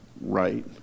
right